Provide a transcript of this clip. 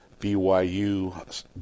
BYU